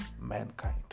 mankind